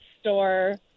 Store